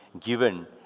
given